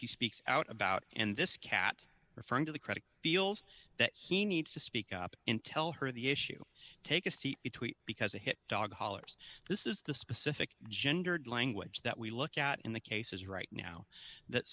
she speaks out about and this cat referring to the credit feels that he needs to speak up and tell her the issue take a seat between because a hit dog collars this is the specific gendered language that we look at in the cases right now that